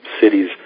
cities